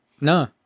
No